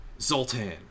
Zoltan